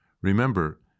Remember